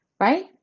right